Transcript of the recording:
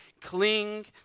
cling